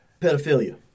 pedophilia